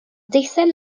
deisen